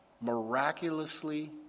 miraculously